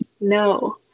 no